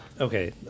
Okay